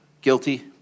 Guilty